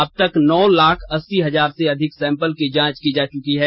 अबतक नौ लाख अस्सी हजार से अधिक सैंपल की जांच की जा चुकी है